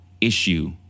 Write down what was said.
issue